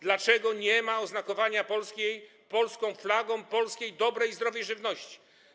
Dlaczego nie ma oznakowania polską flagą polskiej dobrej i zdrowej żywności?